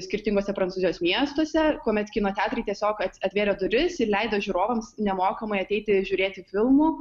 skirtinguose prancūzijos miestuose kuomet kino teatrai tiesiog atvėrė duris ir leido žiūrovams nemokamai ateiti žiūrėti filmų